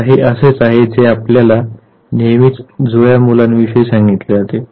आता हे असेच आहे जे आपल्याला नेहमीच जुळ्या मुलांविषयी सांगितले जाते